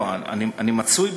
לא, אני מצוי